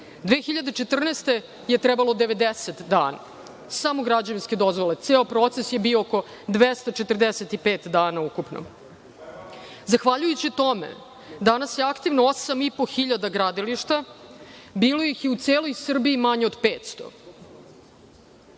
2014. je trebalo devedeset dana, samo građevinske dozvole. Ceo proces je bio oko 245 dana ukupno. Zahvaljujući tome, danas je aktivno osam i po hiljada gradilišta, bilo ih je u celoj Srbiji manje od